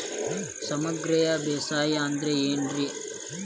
ಸಮಗ್ರ ಬೇಸಾಯ ಅಂದ್ರ ಏನ್ ರೇ?